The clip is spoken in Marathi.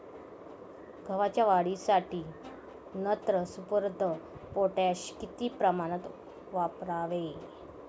गव्हाच्या वाढीसाठी नत्र, स्फुरद, पोटॅश किती प्रमाणात वापरावे?